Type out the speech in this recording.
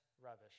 rubbish